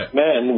men